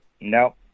No